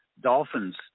dolphins